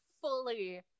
fully